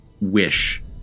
wish